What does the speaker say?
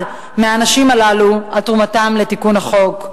מהנשים הללו על תרומתן לתיקון החוק.